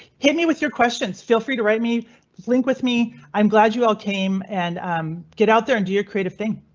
hit me with your questions. feel free to write me link with me. i'm glad you all came and um get out there and do your creative thing.